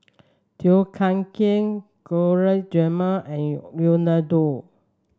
Tom Kha Gai Gulab Jamun and Unadon